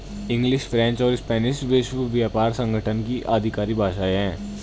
English, French और Spanish विश्व व्यापार संगठन की आधिकारिक भाषाएं है